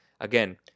Again